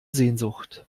sehnsucht